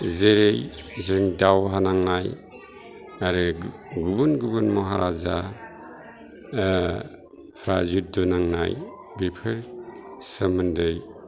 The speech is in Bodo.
जेरै जों दावहा नांनाय आरो गुबुन गुबुन महाराजा फ्रा जुद्द' नांनाय बेफोर सोमोन्दै